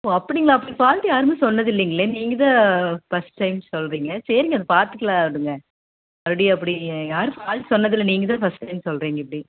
ஓ அப்படிங்களா அப்படி ஃபால்ட் யாருமே சொன்னது இல்லைங்களே நீங்கள் தான் ஃபர்ஸ்ட் டைம் சொல்லுறிங்க சரிங்க அது பார்த்துக்கலாம் விடுங்க மறுபடி அப்படி யாரும் ஃபால்ட் சொன்னது இல்லை நீங்கள் தான் ஃபர்ஸ்ட் டைம் சொல்லுறிங்க இப்படி